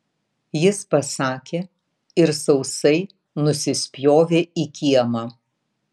jis pasakė ir sausai nusispjovė į kiemą